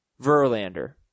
Verlander